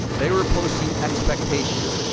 they were posting expectations.